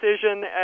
decision